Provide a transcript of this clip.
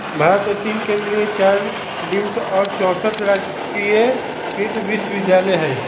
भारत मे तीन केन्द्रीय चार डिम्ड आ चौसठ राजकीय कृषि विश्वविद्यालय हई